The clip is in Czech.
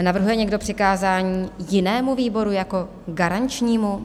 Navrhuje někdo přikázání jinému výboru jako garančnímu?